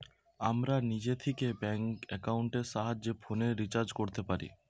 আমরা নিজে থিকে ব্যাঙ্ক একাউন্টের সাহায্যে ফোনের রিচার্জ কোরতে পারি